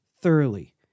thoroughly